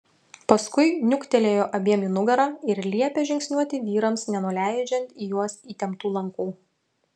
paskui niuktelėjo abiem į nugarą ir liepė žingsniuoti vyrams nenuleidžiant į juos įtemptų lankų